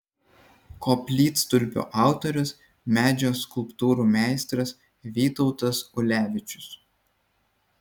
koplytstulpio autorius medžio skulptūrų meistras vytautas ulevičius